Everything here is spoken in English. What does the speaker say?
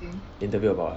interview about [what]